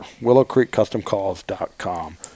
WillowCreekCustomCalls.com